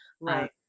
right